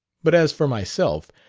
but as for myself,